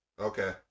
Okay